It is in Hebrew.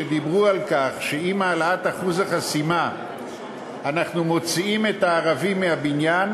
שדיברו על כך שעם העלאת אחוז החסימה אנחנו מוציאים את הערבים מהבניין,